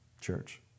Church